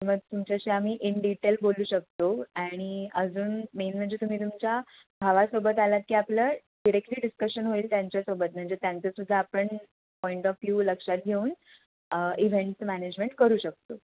की मग तुमच्याशी आम्ही इन डिटेल बोलू शकतो आणि अजून मेन म्हणजे तुम्ही तुमच्या भावासोबत आलात की आपलं डिरेक्टली डिस्कशन होईल त्यांच्यासोबत म्हणजे त्यांचंसुद्धा आपण पॉईंट ऑफ व्ह्यू लक्षात घेऊन इव्हेंट्स मॅनेजमेंट करू शकतो